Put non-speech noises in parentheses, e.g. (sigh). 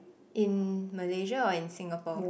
(breath) in Malaysia or in Singapore